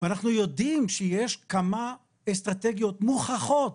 ואנחנו יודעים שיש כמה אסטרטגיות מוכחות